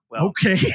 okay